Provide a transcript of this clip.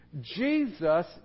Jesus